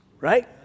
Right